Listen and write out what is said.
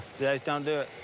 jase, don't do